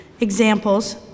examples